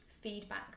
feedback